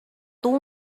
two